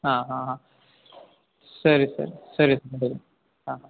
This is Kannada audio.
ಹಾಂ ಹಾಂ ಹಾಂ ಸರಿ ಸರಿ ಸರಿ ಸರಿ ಹಾಂ